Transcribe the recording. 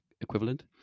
equivalent